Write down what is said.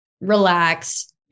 relax